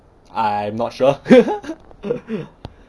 I'm not sure